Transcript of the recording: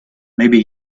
maybe